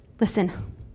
Listen